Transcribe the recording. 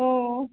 हो